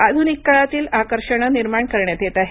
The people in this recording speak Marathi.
आधुनिक काळातील आकर्षण निर्माण करण्यात येत आहेत